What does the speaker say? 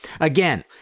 again